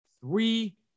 three